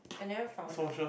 I never found out